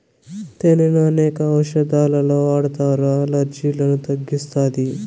తేనెను అనేక ఔషదాలలో వాడతారు, అలర్జీలను తగ్గిస్తాది